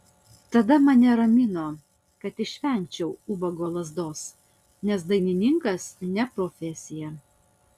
tada mane ramino kad išvengiau ubago lazdos nes dainininkas ne profesija